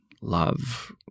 love